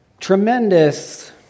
tremendous